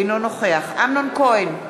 אינו נוכח אמנון כהן,